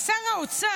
אז שר האוצר,